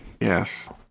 Yes